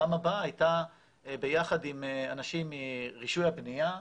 פעם הבאה הייתה ביחד עם אנשים מרישוי הבנייה,